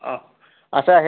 অঁ আচ্ছা হেৰি